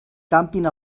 càmping